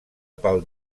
pel